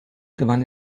gewann